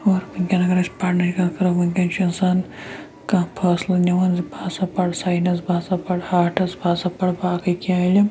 اور وٕنکیٚن اگر اَسہِ پَرنٕچ کَتھ کَرو وٕنکیٚن چھِ اِنسان کانٛہہ فٲصلہٕ نِوان زِ بہٕ ہَسا پَرٕ ساینَس بہٕ ہَسا پَرٕ آٹٕس بہٕ ہَسا پَرٕ باقٕے کینٛہہ علم